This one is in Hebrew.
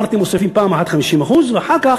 אמרתי: מוסיפים פעם אחת 50% ואחר כך